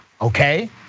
okay